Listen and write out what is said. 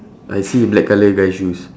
I see black colour guy shoes